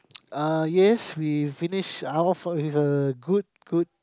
uh yes we finish our is a good good